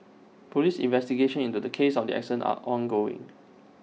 Police investigations into the cause of the accident are ongoing